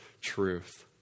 truth